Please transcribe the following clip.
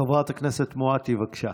חברת הכנסת מואטי, בבקשה.